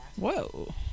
Whoa